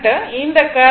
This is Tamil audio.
இந்த கரண்ட் Im sin ω t